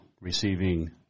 receiving